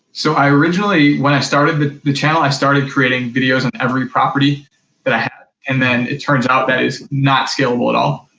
so, i originally, when i started the the channel, i started creating videos on every property that i had. and then it turns out that it's not scalable at all.